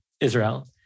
Israel